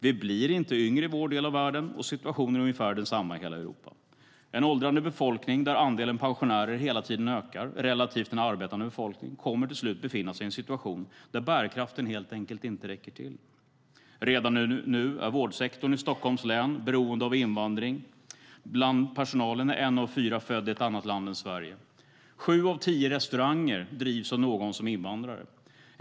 Vi blir inte yngre i vår del av världen, och situationen är ungefär densamma i hela Europa. En åldrande befolkning där andelen pensionärer hela tiden ökar relativt den arbetande befolkningen kommer till slut att befinna sig i situation där bärkraften helt enkelt inte räcker till. Redan nu är vårdsektorn i Stockholms län beroende av invandring. Bland personalen är en av fyra född i ett annat land än Sverige. Sju av tio restauranger drivs av någon som är invandrare.